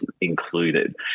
included